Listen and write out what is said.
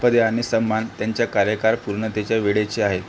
पदे आणि सन्मान त्यांच्या कार्यकाळ पूर्णतेच्या वेळेचे आहेत